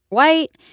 white.